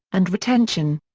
and retention.